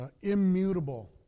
immutable